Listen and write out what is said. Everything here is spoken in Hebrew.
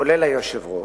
כולל היושב-ראש,